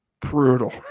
brutal